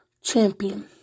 champion